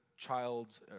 child's